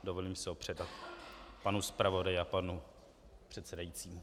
Dovolím si ho předat panu zpravodaji a panu předsedajícímu.